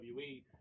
WWE